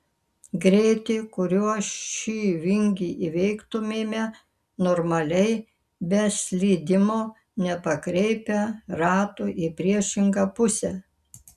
greitį kuriuo šį vingį įveiktumėme normaliai be slydimo nepakreipę ratų į priešingą pusę